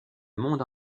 monde